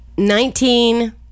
Nineteen